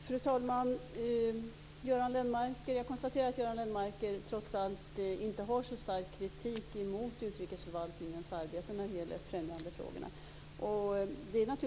Fru talman!